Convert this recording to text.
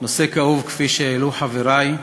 נושא כאוב, כפי שהעלו חברי,